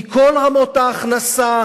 מכל רמות ההכנסה,